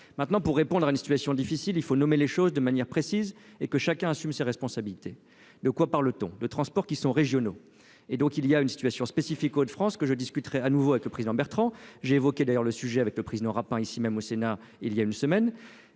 maintenant pour répondre à une situation difficile, il faut nommer les choses de manière précise et que chacun assume ses responsabilités, de quoi parle-t-on de transport qui sont régionaux et donc il y a une situation spécifique aux de France que je discuterai à nouveau avec le président Bertrand j'ai évoqué d'ailleurs le sujet avec le prix n'aura pas ici même au Sénat il y a une semaine